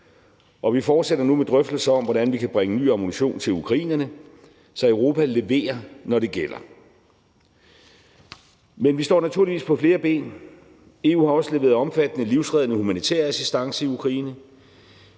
vi fortsætter nu med drøftelser om, hvordan vi kan bringe ny ammunition til ukrainerne. Så Europa leverer, når det gælder. Men vi står naturligvis på flere ben. EU har også leveret omfattende livreddende humanitær assistance i Ukraine.